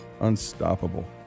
unstoppable